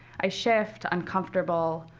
i shift, uncomfortable,